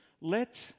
Let